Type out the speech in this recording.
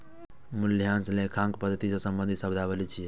मूल्यह्रास लेखांकन पद्धति सं संबंधित शब्दावली छियै